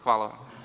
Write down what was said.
Hvala.